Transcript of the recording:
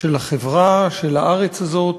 של החברה, של הארץ הזאת,